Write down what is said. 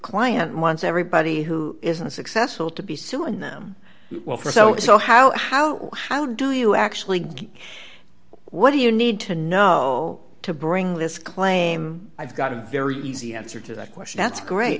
client wants everybody who isn't successful to be suing them for so if so how how how do you actually get what do you need to know to bring this claim i've got a very easy answer to that question that's great